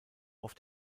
auf